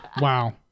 Wow